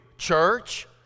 Church